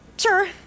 Sure